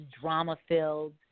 drama-filled